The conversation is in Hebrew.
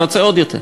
רוצה עוד יותר,